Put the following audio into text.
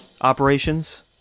operations